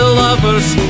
lovers